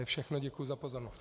To je všechno, děkuji za pozornost.